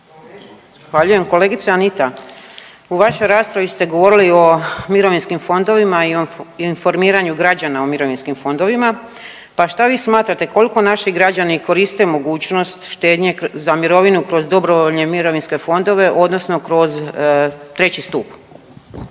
(HDZ)** Kolegice Anita u vašoj raspravi ste govorili o mirovinskim fondovima i o informiranju građana o mirovinskim fondovima. Pa šta vi smatrate koliko naši građani koriste mogućnost štednje za mirovinu kroz dobrovoljne mirovinske fondove odnosno kroz treći stup?